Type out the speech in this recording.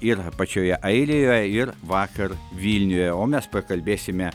ir pačioje airijoje ir vakar vilniuje o mes pakalbėsime